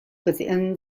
within